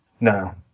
No